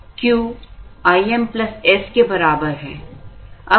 Q Im s के बराबर है